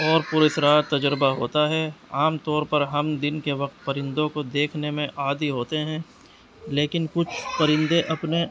اور پر اسرار تجربہ ہوتا ہے عام طور پر ہم دن کے وقت پرندوں کو دیکھنے میں عادی ہوتے ہیں لیکن کچھ پرندے اپنے